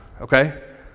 okay